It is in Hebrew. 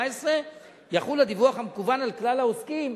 יחול הדיווח המקוון על כלל העוסקים,